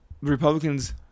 Republicans